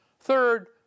Third